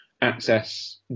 access